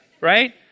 right